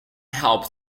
helped